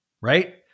right